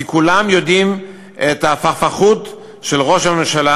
כי כולם יודעים את ההפכפכות של ראש הממשלה